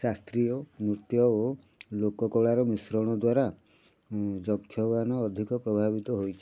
ଶାସ୍ତ୍ରୀୟ ନୃତ୍ୟ ଓ ଲୋକକଳାର ମିଶ୍ରଣ ଦ୍ୱାରା ଯକ୍ଷଗାନ ଅଧିକ ପ୍ରଭାବିତ ହେଇଛି